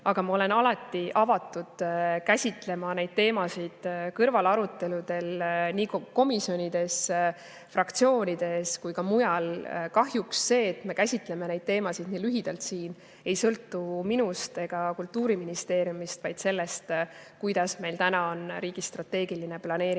Aga ma olen alati avatud käsitlema neid teemasid kõrvalaruteludel nii komisjonides, fraktsioonides kui ka mujal. Kahjuks see, et me käsitleme neid teemasid nii lühidalt siin, ei sõltu minust ega Kultuuriministeeriumist, vaid sellest, kuidas meil täna on riigi strateegiline planeerimine